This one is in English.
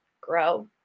grow